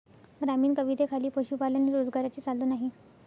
ग्रामीण कवितेखाली पशुपालन हे रोजगाराचे साधन आहे